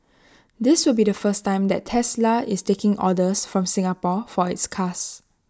this will be the first time that Tesla is taking orders from Singapore for its cars